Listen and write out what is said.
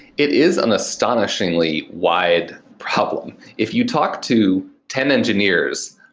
it is an astonishingly wide problem. if you talk to ten engineers,